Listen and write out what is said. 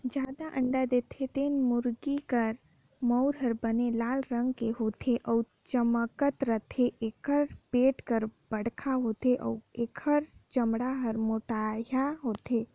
जादा अंडा देथे तेन मुरगी के मउर ह बने लाल रंग के होथे अउ चमकत रहिथे, एखर पेट हर बड़खा होथे अउ एखर चमड़ा हर मोटहा होथे